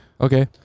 okay